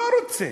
אני לא רוצה.